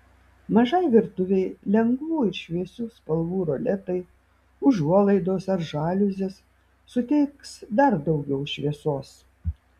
mažai virtuvei lengvų ir šviesių spalvų roletai užuolaidos ar žaliuzės suteiks dar daugiau šviesos